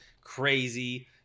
crazy